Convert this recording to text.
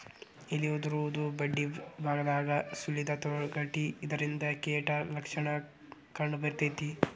ಎಲಿ ಉದುರುದು ಬಡ್ಡಿಬಾಗದಾಗ ಸುಲಿದ ತೊಗಟಿ ಇದರಿಂದ ಕೇಟ ಲಕ್ಷಣ ಕಂಡಬರ್ತೈತಿ